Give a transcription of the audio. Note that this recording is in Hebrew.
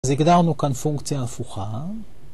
אז הגדרנו כאן פונקציה הפוכה.